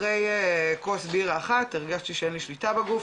אחרי כוס בירה אחת הרגשתי שאין לי שליטה בגוף,